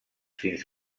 fins